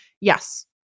Yes